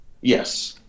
yes